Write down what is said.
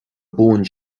buan